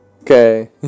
Okay